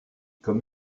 comme